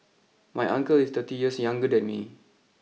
my uncle is thirty years younger than me